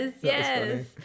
Yes